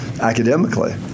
academically